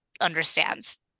understands